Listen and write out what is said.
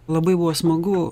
labai buvo smagu